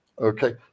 Okay